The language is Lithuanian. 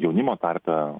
jaunimo tarpe